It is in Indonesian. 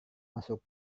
masuk